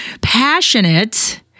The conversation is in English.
passionate